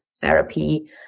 therapy